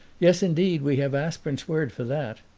yes indeed, we have aspern's word for that.